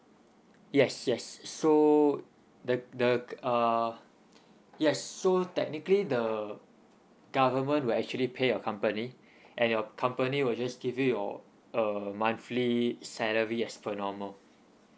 yes yes so the c~ the c~ uh yes so technically the government will actually pay your company and your company will just give you your err monthly salary as per normal